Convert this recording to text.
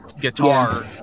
guitar